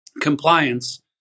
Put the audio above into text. compliance